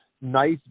nice